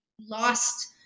lost